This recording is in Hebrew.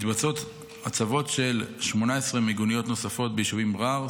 מתבצעות הצבות של 18 מיגוניות נוספות ביישובים מע'אר,